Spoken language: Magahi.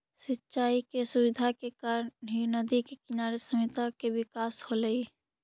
सिंचाई के सुविधा के कारण ही नदि के किनारे सभ्यता के विकास होलइ